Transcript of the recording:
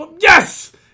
Yes